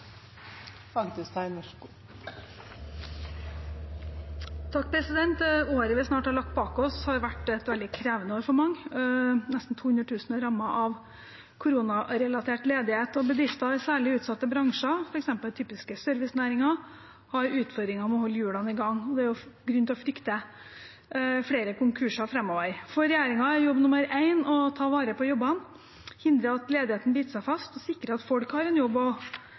året vi snart har lagt bak oss, har vært et veldig krevende år for mange. Nesten 200 000 er rammet av koronarelatert ledighet, og bedrifter i særlig utsatte bransjer, f.eks. typiske servicenæringer, har utfordringer med å holde hjulene i gang. Det er grunn til å frykte flere konkurser framover. For regjeringen er jobb nummer én å ta vare på jobbene, hindre at ledigheten biter seg fast og sikre at folk har en jobb å